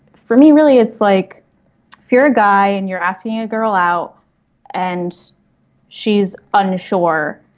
for me really it's like if you're a guy and you're asking a girl out and she's unsure.